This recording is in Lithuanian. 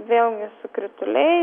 vėlgi krituliai